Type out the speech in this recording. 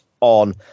on